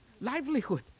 livelihood